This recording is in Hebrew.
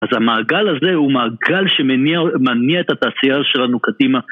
אז המעגל הזה הוא מעגל שמניע את התעשייה שלנו קדימה.